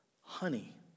honey